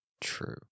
True